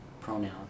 pronoun